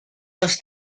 los